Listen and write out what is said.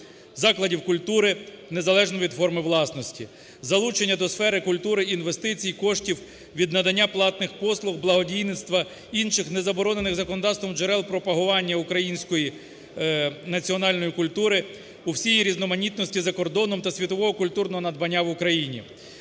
закладів культури незалежно від форми власності, залучення до сфери культури інвестицій, коштів від надання платних послуг, благодійництва, інших не заборонених законодавством джерел пропагування української національної культури у всій різноманітності за кордоном та світового культурного надбання в Україні,